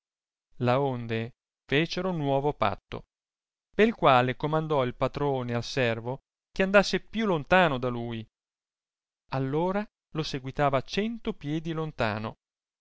instrumento laonde fecero nuovo patto pel quale comandò il patrone al servo che andasse più lontano da lui all'ora lo seguitava cento piedi lontano